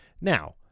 Now